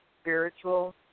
Spiritual